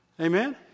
Amen